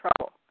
trouble